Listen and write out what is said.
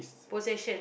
possession